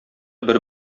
бер